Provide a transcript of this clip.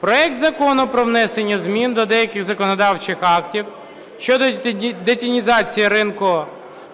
проект Закону про внесення змін до деяких законодавчих актів (щодо детінізації ринку